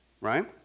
right